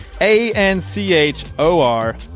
A-N-C-H-O-R